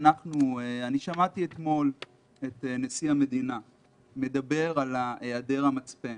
שמעתי אתמול את נשיא המדינה מדבר על היעדר המצפן